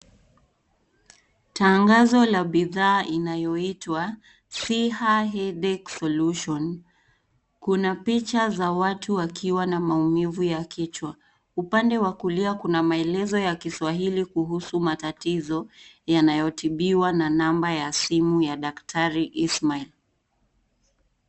Tangazo la bidhaa inayoitwa Siha Headache solution. Kuna picha za watu wakiwa na maumivu ya kichwa. Upande wa kulia kuna maelezo ya kiswahili kuhusu matatizo yanayotibiwa na namba ya simu ya Daktari Ishmael.